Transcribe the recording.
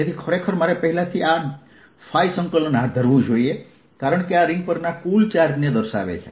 તેથી ખરેખર મારે પહેલાથી આ ϕ સંકલન હાથ ધરવું જોઈએ કારણ કે આ રીંગ પરના કુલ ચાર્જને દર્શાવે છે